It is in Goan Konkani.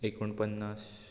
एकुण पन्नास